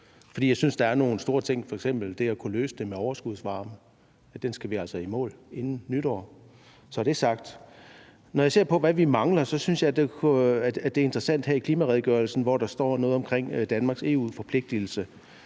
Jeg synes, der er nogle store ting, f.eks. det med at kunne løse det med overskudsvarme. Det skal vi altså i mål med inden nytår. Så er det sagt. Når jeg ser på, hvad vi mangler, synes jeg, at det, der står i klimaredegørelsen om Danmarks EU-forpligtigelse,